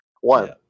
one